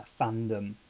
fandom